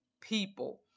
people